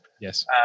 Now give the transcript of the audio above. yes